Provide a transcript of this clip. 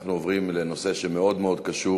אנחנו עוברים לנושא שמאוד מאוד קשור